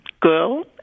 girl